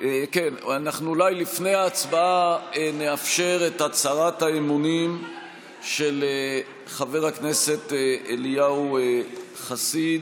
לפני ההצבעה נאפשר את הצהרת האמונים של חבר הכנסת אליהו חסיד.